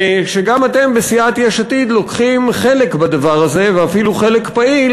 שגם אתם בסיעת יש עתיד לוקחים חלק בדבר הזה ואפילו חלק פעיל